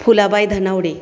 Phulabai Dhanawade